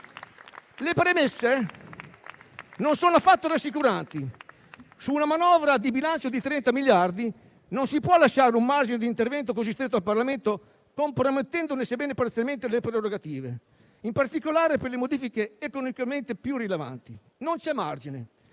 Le premesse non sono affatto rassicuranti: su una manovra di bilancio di 30 miliardi di euro, non si può lasciare un margine di intervento così stretto al Parlamento, compromettendone, sebbene parzialmente, le prerogative. In particolare per le modifiche economicamente più rilevanti non c'è margine: